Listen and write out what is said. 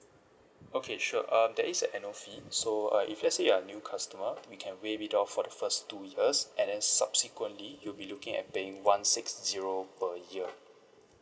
okay sure um there is a annual fee so uh if let's say you're a new customer we can waive it off for the first two years and then subsequently you'll be looking at paying one six zero per year